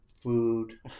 food